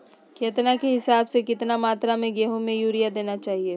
केतना के हिसाब से, कितना मात्रा में गेहूं में यूरिया देना चाही?